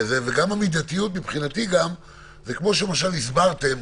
זה לא כפתור ירוק, אפילו לא תכלכל, זה כפתור אדום.